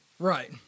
Right